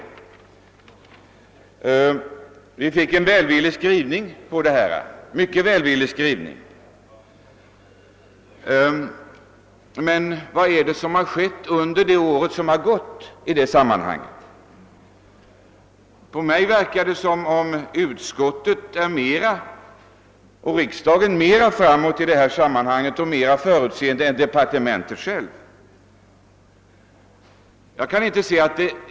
I sitt utlåtande nr 167 skrev statsutskottet den gången mycket välvilligt om vår motion. Men vad har skett under det gångna året? För mig verkar det som om utskottet och riksdagen nu har blivit mera framåt och förutseende i dessa frågor än man är i kommunikationsdepartementet.